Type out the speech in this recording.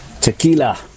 Tequila